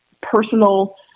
personal